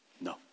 No